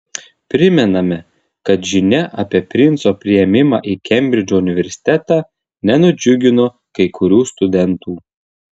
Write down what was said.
primename kad žinia apie princo priėmimą į kembridžo universitetą nenudžiugino kai kurių studentų